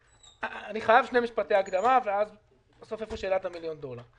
אני חייב שני משפטי הקדמה ובסוף אשאל את שאלת מיליון הדולר.